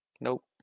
Nope